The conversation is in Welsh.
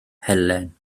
helen